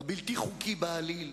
הבלתי-חוקי בעליל,